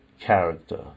character